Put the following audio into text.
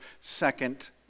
second